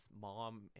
mom